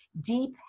deep